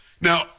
Now